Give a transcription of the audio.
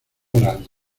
moral